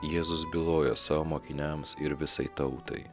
jėzus bylojo savo mokiniams ir visai tautai